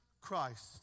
Christ